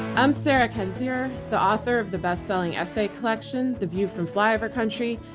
i'm sarah kendzior, the author of the bestselling essay collection, the view from flyover country,